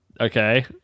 Okay